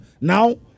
now